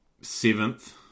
seventh